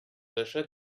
d’achat